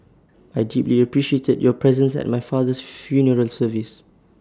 I deeply appreciated your presence at my father's funeral service